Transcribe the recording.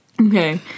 Okay